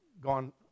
gone